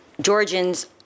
Georgians